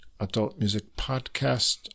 adultmusicpodcast